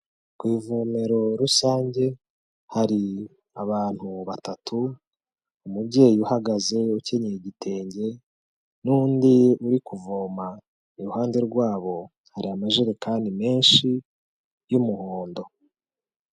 Ku ivomero rusange, hari abantu batatu, umubyeyi uhagaze ukenyeye igitenge, n'undi uri kuvoma iruhande rwabo, hari amajerekani menshi y'umuhondo.